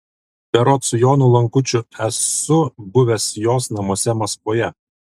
berods su jonu lankučiu esu buvęs jos namuose maskvoje